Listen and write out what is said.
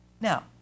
Now